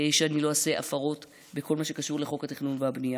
שאני לא אעשה הפרות בכל מה שקשור לחוק התכנון והבנייה.